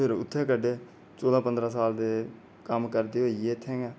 फ्ही उत्थै कडढे चौदां पंदरां साल कम्म करदे गै होई गे इत्थै गै